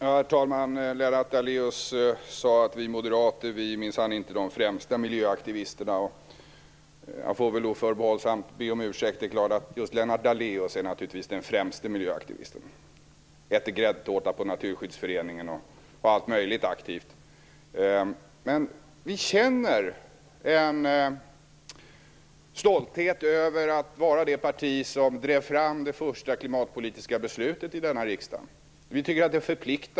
Herr talman! Lennart Daléus sade att vi moderater minsann inte är de främsta miljöaktivisterna. Jag får väl då förbehållsamt be om ursäkt, för det är klart att Lennart Daléus är den främste miljöaktivisten. Han äter gräddtårta hos Naturskyddsföreningen och gör allt möjligt aktivt. Vi känner en stolthet över att tillhöra det parti som drev fram det första klimatpolitiska beslutet i denna riksdag. Vi tycker att det förpliktar.